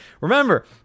Remember